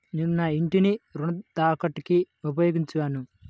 నేను నా ఇంటిని రుణ తాకట్టుకి ఉపయోగించాను